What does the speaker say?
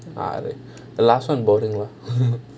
ஆறு:aaru the last one boring lah